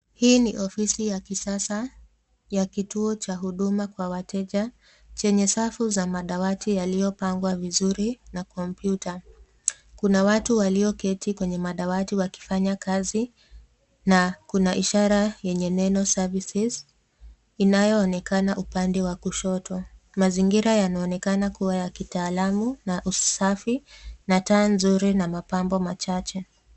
Hii ni ofisi ya kisasa ya kituo cha huduma kwa wateja chenye safu za madawati yaliyopangwa vizuri na komputa. Kuna watu walioketi kwenye madawati wakifanya kazi na kuna ishara yenye neno services inayoonekana upande wa kushoto. Mazingira yanaonekana kuwa ya kitaalam na usafi na taa nzuri na mapambo machache.